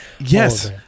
yes